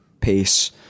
pace